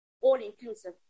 all-inclusive